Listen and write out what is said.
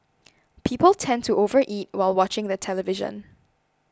people tend to overeat while watching the television